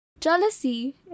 Jealousy